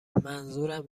منظورم